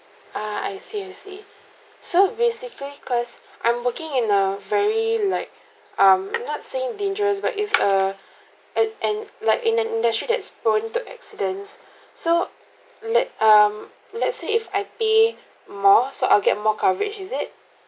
ah I see I see so basically because I'm working in a very like um not saying dangerous but it's a at and like in an industry that's prone to accidents so lik~ um let's say if I pay more so I'll get more coverage is it